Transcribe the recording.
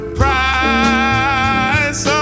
price